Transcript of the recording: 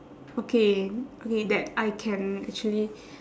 okay okay that I can actually